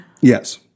Yes